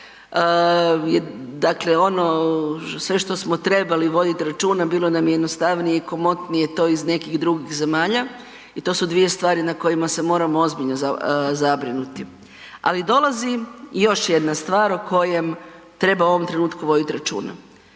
dakle ono sve što smo trebali voditi računa bilo nam je jednostavnije i komotnije to iz nekih drugih zemalja. I to su dvije stvari na kojima se moramo ozbiljno zabrinuti. Ali dolazim i još jedna stvar o kojem treba u ovom trenutku voditi računa.